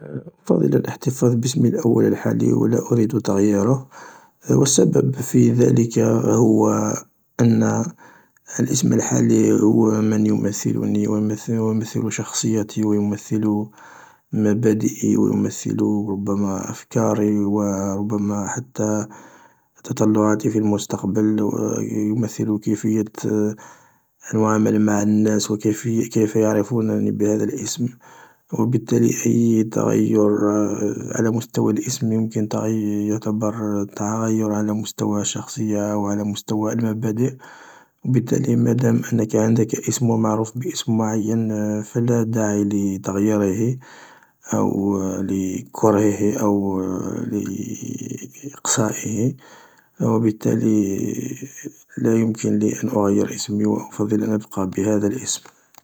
أريد الاحتفاظ باسمي الأول الحتلي و لا أريد تغييره و السبب في ذلك هو أن الاسم الحالي هو من يمثلني و يمثل شخصيتي و يمثل مبادئي و يمثل ربما أفكاري و ربما حتى تطلعاتي في المستقبل و يمثل كيفية المعاملة مع الناس و كيفية و كيف يعرفونني بهذا الاسم و بالتالي أي تغير على مستوى الاسم يعتبر تغير على مستوى الشخصية و على مستوى المبادئ و بالتالي مادام انك عندك اسم و معروف باسم معين فلا داعي لتغيير أو لكرهه أو لاقصائه، و بالتالي لا يمكن لي أن اغير اسمي و أفضل أن ابقى بهذا الاسم.